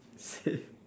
shit